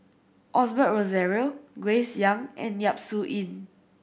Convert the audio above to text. Osbert Rozario Grace Young and Yap Su Yin